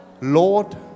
Lord